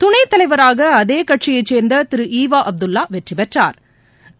துணை தலைவராக அதே கட்சியைச் சே்ந்த திரு ஏவா அப்துல்லா வெற்றிடெற்றாா்